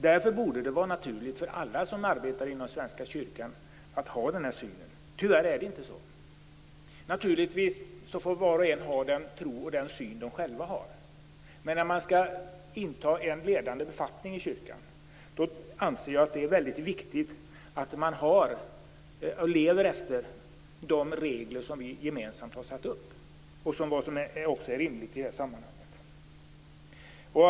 Därför borde det vara naturligt för alla som arbetar inom Svenska kyrkan att ha den här synen. Tyvärr är det inte så. Naturligtvis får var och en ha sin tro och sin syn, men när man skall inta en ledande befattning i kyrkan är det mycket viktigt att man lever efter de regler som vi gemensamt har satt upp. Det är rimligt i det här sammanhanget.